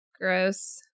Gross